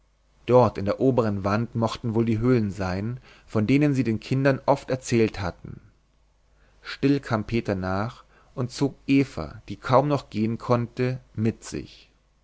dort in der oberen wand mochten wohl die höhlen sein von denen sie den kindern oft erzählt hatte still kam peter nach und zog eva die kaum noch gehen konnte mit sich